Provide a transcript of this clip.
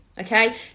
okay